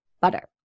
butter